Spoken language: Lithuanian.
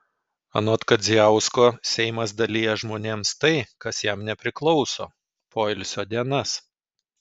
anot kadziausko seimas dalija žmonėms tai kas jam nepriklauso poilsio dienas